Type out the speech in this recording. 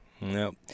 Nope